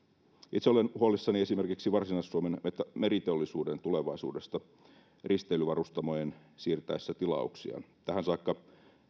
itse olen huolissani esimerkiksi varsinais suomen meriteollisuuden tulevaisuudesta risteilyvarustamojen siirtäessä tilauksiaan tähän saakka